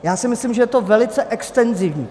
Já si myslím, že je to velice extenzivní.